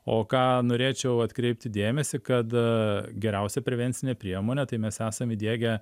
o ką norėčiau atkreipti dėmesį kad geriausią prevencinę priemonę tai mes esam įdiegę